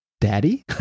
Daddy